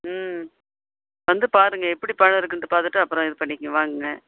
ம் வந்து பாருங்கள் எப்படி பழம் இருக்குன்ட்டு பார்த்துட்டு அப்புறம் இது பண்ணிக்கங்க வாங்குங்க